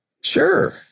Sure